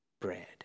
bread